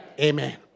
Amen